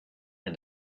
and